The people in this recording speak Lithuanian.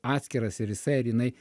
atskiras ir jisai ar jinai